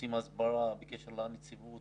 עושים הסברה בקשר לנציבות